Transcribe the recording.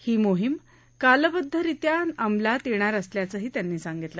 ही मोहीम कालबद्धरित्या अंमलात येणार असल्याचंही त्यांनी सांगितलं